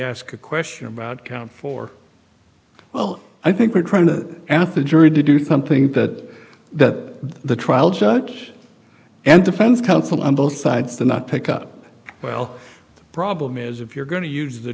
ask a question about count four well i think we're trying to and if the jury did do something that that the trial judge and defense counsel on both sides to not pick up well the problem is if you're going to use the